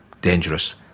dangerous